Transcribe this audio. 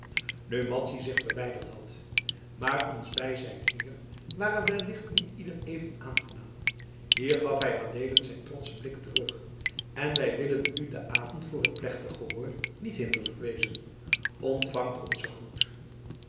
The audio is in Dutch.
nu madzy zich verwijderd had maar ons bijzijn hier ware wellicht ieder niet even aangenaam hier gaf hij adeelen zijn trotschen blik terug en wij willen u den avond voor het plechtig gehoor niet hinderlijk wezen ontvangt onzen groet